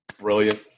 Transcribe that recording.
brilliant